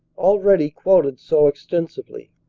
already quoted so extensively.